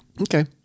Okay